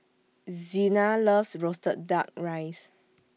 Zina loves Roasted Duck Rice